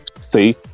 see